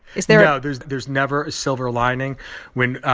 is there. no. there's there's never a silver lining when,